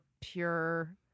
pure